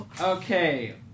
okay